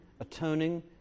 atoning